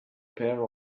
pair